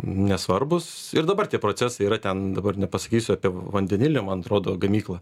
nesvarbūs ir dabar tie procesai yra ten dabar nepasakysiu apie vandenilį man atrodo gamyklą